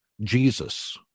Jesus